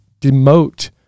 demote